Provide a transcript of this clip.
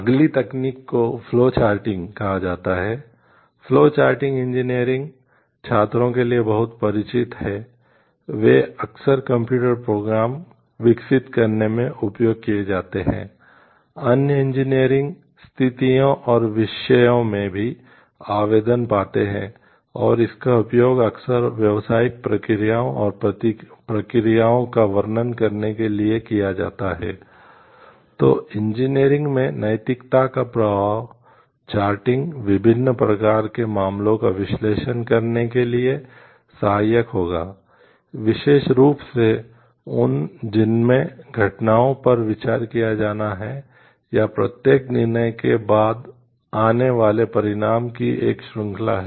अगली तकनीक को फ्लो चार्टिंग विभिन्न प्रकार के मामलों का विश्लेषण करने के लिए सहायक होगा विशेष रूप से उन जिनमें घटनाओं पर विचार किया जाना है या प्रत्येक निर्णय के बाद आने वाले परिणामों की एक श्रृंखला है